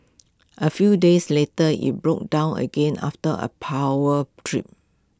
A few days later IT broke down again after A power trip